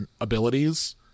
abilities